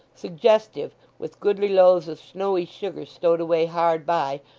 suggestive, with goodly loaves of snowy sugar stowed away hard by,